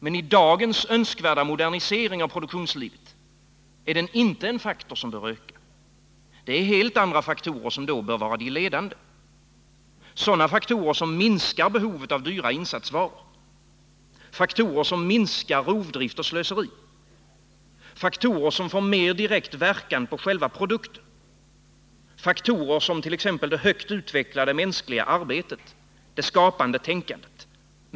Men i dagens önskvärda modernisering av produktionslivet är den inte en faktor som bör öka. Det är helt andra faktorer som bör vara de ledande: sådana faktorer som minskar behovet av dyra insatsvaror, faktorer som minskar rovdrift och slöseri, faktorer som får mer direkt verkan på själva produkten, faktorer som t.ex. det högt utvecklade mänskliga arbetet, det skapande tänkandet.